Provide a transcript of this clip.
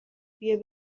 بیا